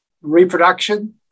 reproduction